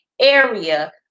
area